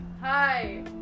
Hi